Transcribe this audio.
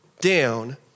down